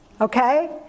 Okay